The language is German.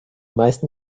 meisten